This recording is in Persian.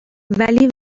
ولی